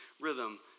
rhythm